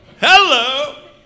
Hello